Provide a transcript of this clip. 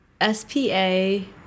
S-P-A